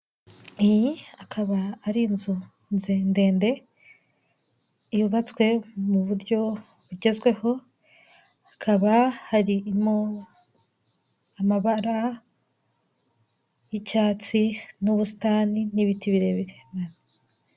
Iyi akaba ari inzu nzi ndende yubatswe mu buryo bugezweho hakaba harimo amabara y'icyatsi n'ubusitani n'ibiti birebire.